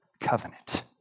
covenant